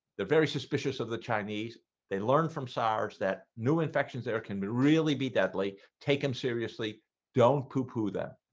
they're very suspicious of the chinese they learn from sars that new infections there can really be deadly take him seriously don't pooh-pooh them,